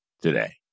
today